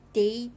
day